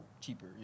Cheaper